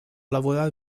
lavorare